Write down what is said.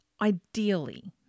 Ideally